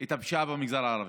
את הפשיעה במגזר הערבי.